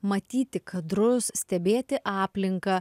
matyti kadrus stebėti aplinką